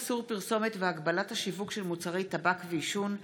איסור פרסומת והגבלת השיווק של מוצרי טבק ועישון (תיקון,